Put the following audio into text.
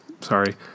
sorry